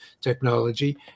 technology